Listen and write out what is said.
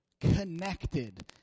connected